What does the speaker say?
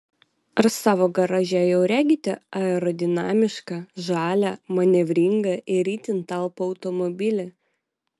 ar savo garaže jau regite aerodinamišką žalią manevringą ir itin talpų automobilį